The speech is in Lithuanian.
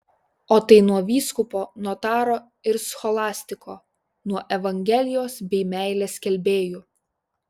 o tai nuo vyskupo notaro ir scholastiko nuo evangelijos bei meilės skelbėjų